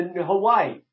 Hawaii